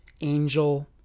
angel